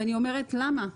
ואני אומרת למה?